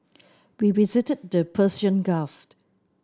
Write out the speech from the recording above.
we visited the Persian Gulf